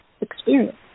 experience